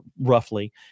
roughly